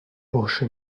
bursche